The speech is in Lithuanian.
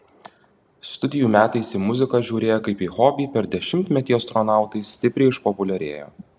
studijų metais į muziką žiūrėję kaip į hobį per dešimtmetį astronautai stipriai išpopuliarėjo